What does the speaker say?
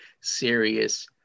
serious